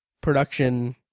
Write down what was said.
production